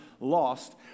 lost